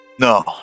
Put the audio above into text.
No